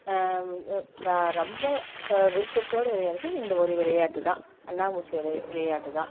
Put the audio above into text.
ரொம்ப விருப்பத்தோடு விளையாடுறது இந்த ஒரு விளையாட்டுதான் கண்ணாம்மூச்சி விளையாட்டுதான்